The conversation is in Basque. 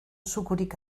zukurik